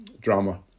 drama